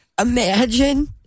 Imagine